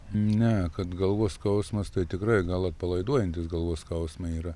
ne kad galvos skausmas tai tikrai gal atpalaiduojantis galvos skausmą yra